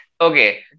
okay